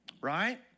Right